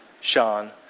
Sean